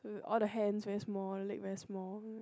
all the hands very small leg very small